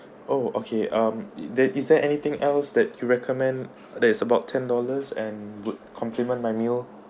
oh okay um there is there anything else that you recommend that is about ten dollars and would complement my meal